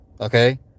okay